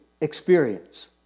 experience